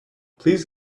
please